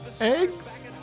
eggs